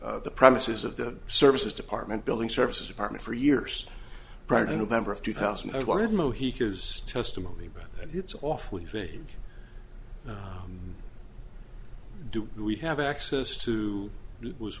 e premises of the services department building services department for years prior to november of two thousand and one and mohican is testimony but it's awfully vague do we have access to it was